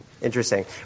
Interesting